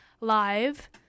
live